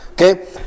Okay